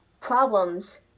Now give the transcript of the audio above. problems